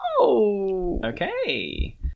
Okay